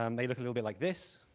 um may look a little bit like this.